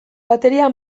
bateria